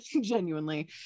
genuinely